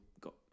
got